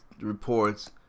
reports